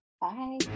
Bye